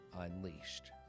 Unleashed